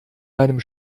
deinem